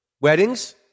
Weddings